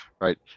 right